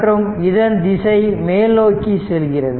மற்றும் இதன் திசை மேல் நோக்கி செல்கிறது